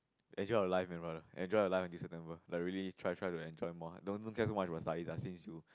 enjoy your life man brother enjoy your life this December like really try try to enjoy more don't don't care so much about studies ah since you